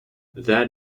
that